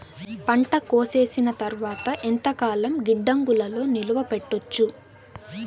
పంట కోసేసిన తర్వాత ఎంతకాలం గిడ్డంగులలో నిలువ పెట్టొచ్చు?